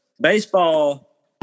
baseball